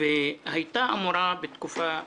והיא הייתה אמורה בתקופה הזו,